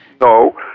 No